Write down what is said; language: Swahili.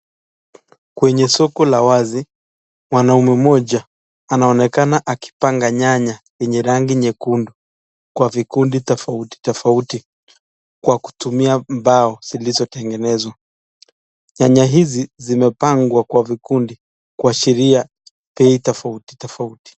Kwenye soko la wazi, mwanaume mmoja anaonekana akipanga nyanya yenye rangi nyekundu kwa vikundi tofauti tofauti kwa kutumia mbao zilizotengenezwa, nyanya hizi zimepangwa kwa vikundi kuashiria bei tofauti tofauti.